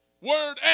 Word